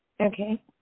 Okay